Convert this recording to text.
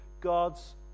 God's